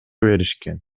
беришкен